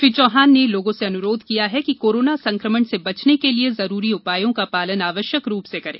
श्री चौहान ने लोगों से अनुरोध किया कि कोरोना संक्रमण से बचने के लिए जरूरी उपायों का पालन आवश्यक रूप से करें